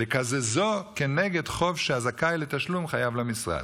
לקזזו כנגד חוב שהזכאי לתשלום חייב למשרד.